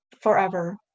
forever